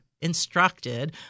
instructed